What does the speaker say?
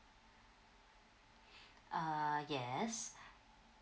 uh yes